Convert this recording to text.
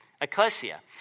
ecclesia